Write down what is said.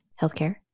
healthcare